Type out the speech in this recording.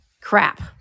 crap